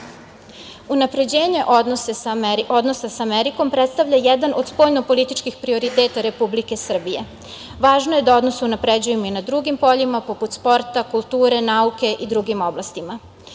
Balkanu“.Unapređenje odnosa sa Amerikom predstavlja jedan od spoljno-političkih prioriteta Republike Srbije. Važno je da odnose unapređujemo i na drugim poljima poput sporta, kulture, nauke i drugim oblastima. Posebno